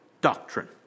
doctrine